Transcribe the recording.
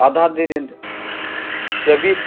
ᱟᱫᱷᱟ ᱫᱤᱱ ᱨᱮ ᱪᱟᱹᱵᱤ